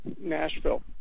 Nashville